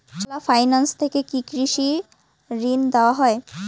চোলা finance থেকে কি কৃষি ঋণ দেওয়া হয়?